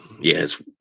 yes